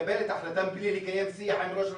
מקבלת החלטה בלי לקיים שיח עם ראש רשות,